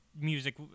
music